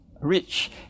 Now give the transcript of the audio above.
rich